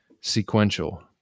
Sequential